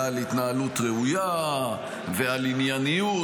על התנהלות ראויה ועל ענייניות,